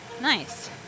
Nice